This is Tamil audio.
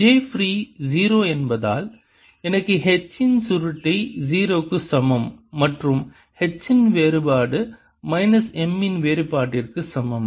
j ஃப்ரீ 0 என்பதால் எனக்கு H இன் சுருட்டை 0 க்கு சமம் மற்றும் H இன் வேறுபாடு மைனஸ் M இன் வேறுபாட்டிற்கு சமம்